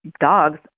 dogs